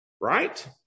right